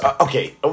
Okay